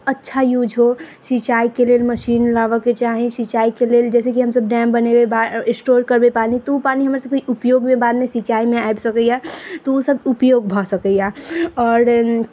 अच्छा यूज हो सिचाईके लेल मशीन लाबऽके चाही सिचाइके लेल जैसे कि हमसब डैम बनेबै स्टोर करबै पानि तऽ उ पानि हमर सबके उपयोगमे बादमे सिचाइमे आबि सकैए तऽ उ सब उपयोग भऽ सकैए आओर